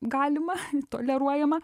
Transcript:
galima toleruojama